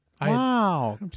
wow